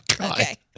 Okay